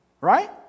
Right